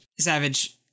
Savage